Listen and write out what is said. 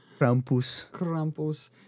Krampus